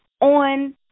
on